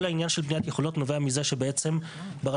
כל העניין של בניית יכולות נובע מזה שבעצם הנושא